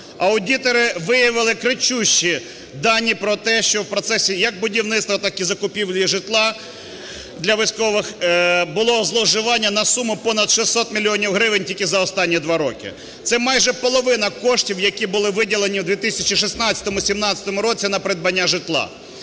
Аудитори виявили кричущі дані про те, що в процесі як будівництва, так і закупівлі житла для військових було зловживання на суму понад 600 мільйонів гривень тільки за останні два роки. Це майже половина коштів, які були виділені у 2016-2017 роках на придбання житла.